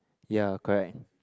ya correct